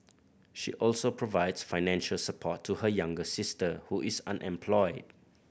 she also provides financial support to her younger sister who is unemployed